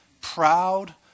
proud